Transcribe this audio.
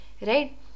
right